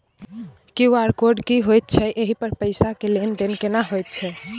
QR code की होयत छै एहि पर पैसा के लेन देन केना होयत छै?